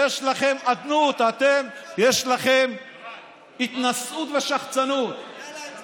יש לכם אדנות, יש לכם התנשאות ושחצנות, אתה מתנשא.